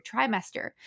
trimester